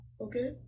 okay